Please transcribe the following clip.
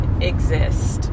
exist